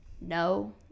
no